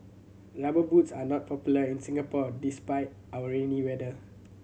Rubber Boots are not popular in Singapore despite our rainy weather